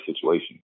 situation